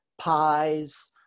pies